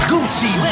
Gucci